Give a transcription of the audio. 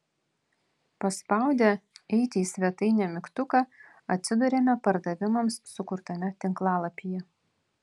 paspaudę eiti į svetainę mygtuką atsiduriame pardavimams sukurtame tinklalapyje